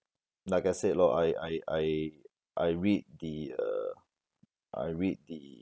like I said lor I I I I read the uh I read the